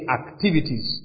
activities